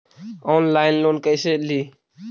Online loan कैसे ली?